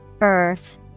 Earth